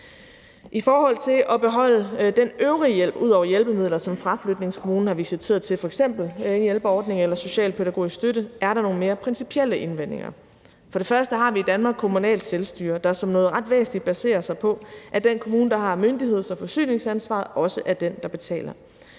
I forhold til at beholde den øvrige hjælp ud over hjælpemidler, som fraflytningskommunen har visiteret til, f.eks. hjælpeordning eller socialpædagogisk støtte, er der nogle mere principielle indvendinger. For det første har vi i Danmark kommunalt selvstyre, der som noget ret væsentligt netop baserer sig på, at den kommune, der har myndigheds- og forsyningsansvaret, også er den, der betaler.